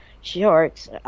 shorts